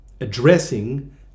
addressing